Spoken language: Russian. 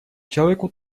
человеку